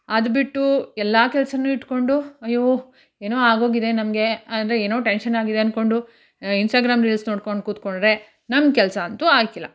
ಅದು ಬಿಟ್ಟು ಎಲ್ಲ ಕೆಲಸನೂ ಇಟ್ಕೊಂಡು ಅಯ್ಯೋ ಏನೋ ಆಗೋಗಿದೆ ನಮಗೆ ಅಂದರೆ ಏನೋ ಟೆನ್ಶನ್ನಾಗಿದೆ ಅಂದ್ಕೊಂಡು ಇನ್ಸ್ಟಾಗ್ರಾಮ್ ರೀಲ್ಸ್ ನೋಡ್ಕೊಂಡು ಕೂತ್ಕೊಂಡ್ರೆ ನಮ್ಮ ಕೆಲಸ ಅಂತೂ ಆಗಕ್ಕಿಲ್ಲ